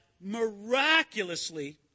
miraculously